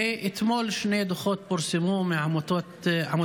ואתמול פורסמו שני דוחות על ידי עמותת